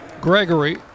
Gregory